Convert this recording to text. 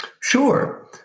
Sure